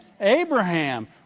Abraham